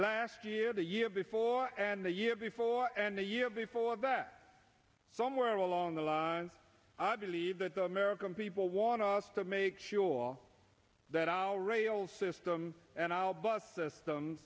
last year the year before and the year before and the year before that somewhere along the line i believe that the american people want us to make sure all that already all system and i'll bus system